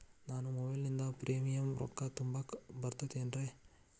ನಾನು ಮೊಬೈಲಿನಿಂದ್ ಪ್ರೇಮಿಯಂ ರೊಕ್ಕಾ ತುಂಬಾಕ್ ಬರತೈತೇನ್ರೇ?